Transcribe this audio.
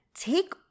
take